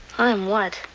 i'm what.